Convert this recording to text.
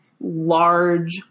large